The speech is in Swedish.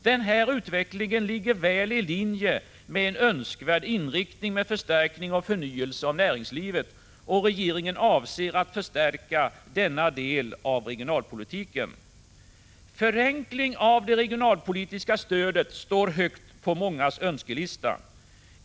Den här utvecklingen ligger väl i linje med en önskvärd inriktning mot förstärkning och förnyelse av näringslivet. Regeringen avser att förstärka denna del av regionalpolitiken. Förenkling av det regionalpolitiska stödet står högt på mångas önskelista.